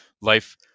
life